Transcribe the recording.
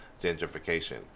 gentrification